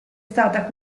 stata